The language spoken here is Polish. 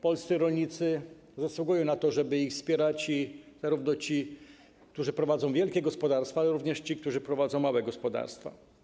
Polscy rolnicy zasługują na to, żeby ich wspierać - zarówno ci, którzy prowadzą wielkie gospodarstwa, jak i ci, którzy prowadzą małe gospodarstwa.